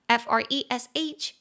fresh